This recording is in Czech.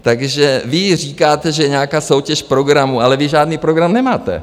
Takže vy říkáte, že je nějaká soutěž programů, ale vy žádný program nemáte.